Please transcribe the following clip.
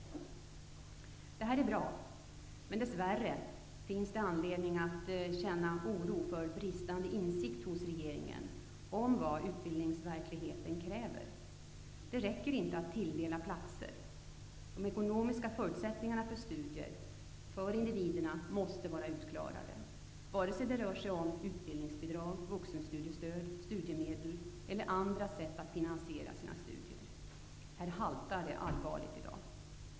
Det här är bra. Dess värre finns det anledning att känna oro för bristande insikt hos regeringen om vad utbildningsverkligheten kräver. Det räcker inte att tilldela nya platser. De ekonomiska förutsättningarna för studier för individerna måste vara utklarade, oavsett om det rör sig om utbildningsbidrag, vuxenstudiestöd, studiemedel eller andra sätt att finansiera sina studier. Här haltar det allvarligt i dag.